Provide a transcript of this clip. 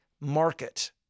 market